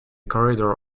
corridor